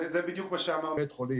זה בדיוק מה שאמרנו קודם.